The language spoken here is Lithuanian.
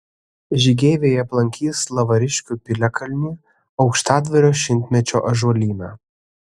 žygeiviai aplankys lavariškių piliakalnį aukštadvario šimtmečio ąžuolyną